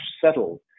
settled